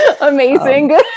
Amazing